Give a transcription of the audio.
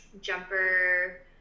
jumper